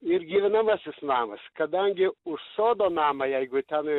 ir gyvenamasis namas kadangi už sodo namą jeigu ten